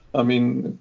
i mean,